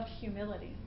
humility